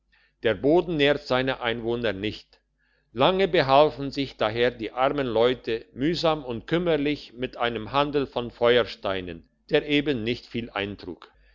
der boden nährt seine einwohner nicht lange behalfen sich daher die armen leute mühsam und kümmerlich mit einem handel von feuersteinen der eben nicht viel eintrug